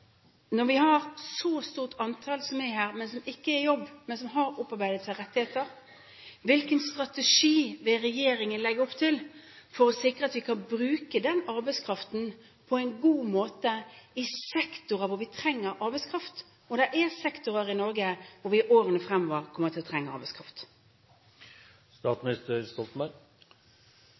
Når vi har et så stort antall som er her, som ikke er i jobb, men som har opparbeidet seg rettigheter, hvilken strategi vil regjeringen legge opp til for å sikre at vi kan bruke den arbeidskraften på en god måte i sektorer hvor vi trenger arbeidskraft? Det er sektorer i Norge hvor vi i årene fremover kommer til å trenge